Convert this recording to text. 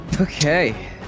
Okay